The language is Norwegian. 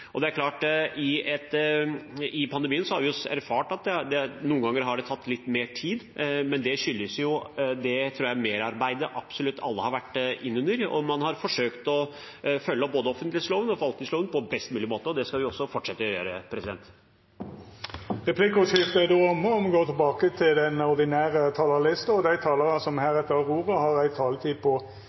Det er klart at under pandemien har vi erfart at det noen ganger har tatt litt mer tid, men det skyldes, tror jeg, det merarbeidet absolutt alle har vært innunder. Man har forsøkt å følge både offentlighetsloven og forvaltningsloven på best mulig måte, og det skal vi også fortsette å gjøre. Replikkordskiftet er omme. Dei talarane som heretter får ordet, har ei taletid på inntil 3 minutt. Ytringsfrihet er en fundamental, individuell rettighet og